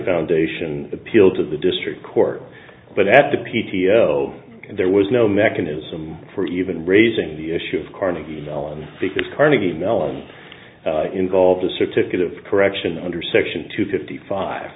foundation appealed to the district court but at the p t o there was no mechanism for even raising the issue of carnegie mellon because carnegie mellon involved a certificate of correction under section two fifty five